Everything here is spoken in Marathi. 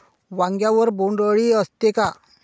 वांग्यावर बोंडअळी असते का?